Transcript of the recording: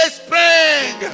spring